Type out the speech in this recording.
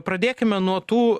pradėkime nuo tų